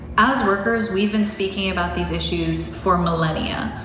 as workers, we've been speaking about these issues for millennia.